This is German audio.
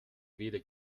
weder